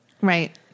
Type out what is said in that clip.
right